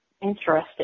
interested